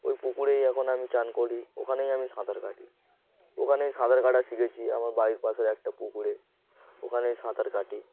ওই পুকুরেই এখন আমি স্নান করি ওখানেই আমি সাঁতার কাটি ওখানেই সাঁতার কাটা শিখেছি আমার বাড়ির পাশের একটা পুকুরে ওখানেই সাঁতার কাটি